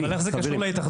אבל איך זה קשור להתאחדות?